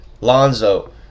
Lonzo